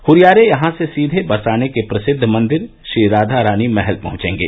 हुरियारे यहां से सीधे बरसाने के प्रसिद्ध मंदिर श्रीराधा रानी महल पहुंचेंगे